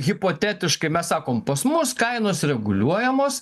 hipotetiškai mes sakom pas mus kainos reguliuojamos